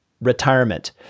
retirement